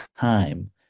time